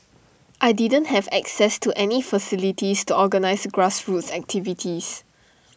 I didn't have access to any facilities to organise grassroots activities